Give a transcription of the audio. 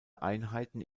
einheiten